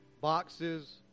boxes